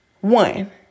One